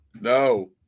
No